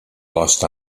lost